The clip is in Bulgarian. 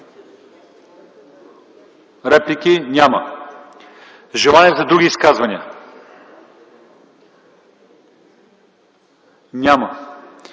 Стоилов? Няма. Желания за други изказвания? Няма.